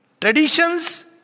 Traditions